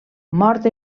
mort